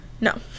No